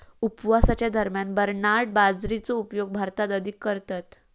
उपवासाच्या दरम्यान बरनार्ड बाजरीचो उपयोग भारतात अधिक करतत